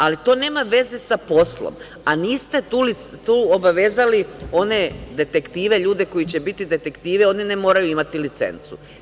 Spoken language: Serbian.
Ali, to nema veze sa poslom, a niste obavezali one detektive, ljude koji će biti detektivi, oni ne moraju imati licencu.